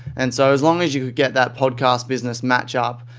and so as long as you could get that podcast business match up.